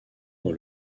dans